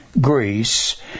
Greece